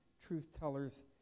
truth-tellers